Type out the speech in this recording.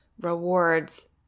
rewards